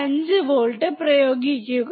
5 volt പ്രയോഗിക്കുക